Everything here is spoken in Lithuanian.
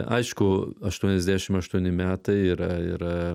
aišku aštuoniasdešimt aštuoni metai yra yra